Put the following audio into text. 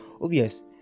Obvious